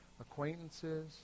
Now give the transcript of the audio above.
acquaintances